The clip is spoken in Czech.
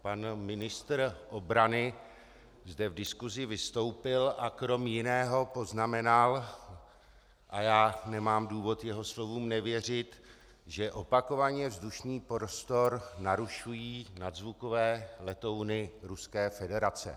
Pan ministr obrany zde v diskusi vystoupil a kromě jiného poznamenal, a já nemám důvod jeho slovům nevěřit, že opakovaně vzdušný prostor narušují nadzvukové letouny Ruské federace.